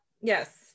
yes